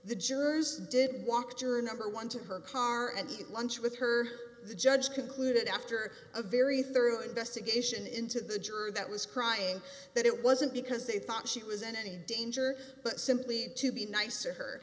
the jurors did walk juror number one to her car and eat lunch with her the judge concluded after a very thorough investigation into the juror that was crying that it wasn't because they thought she was in any danger but simply to be nice or her